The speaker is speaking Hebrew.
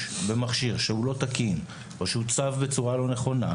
במכשיר לא תקין או שהוצב בצורה לא נכונה,